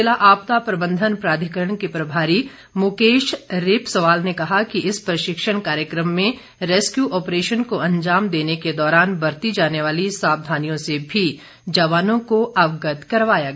जिला आपदा प्रबंधन प्राधिकरण के प्रभारी मुकेश रेपस्वाल ने कहा कि इस प्रशिक्षण कार्यक्रम में रेस्कयू ऑपरेशन को अंजाम देने के दौरान बरती जाने वाली सावधानियों से भी जवानों को अगवत करवाया गया